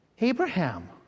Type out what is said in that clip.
Abraham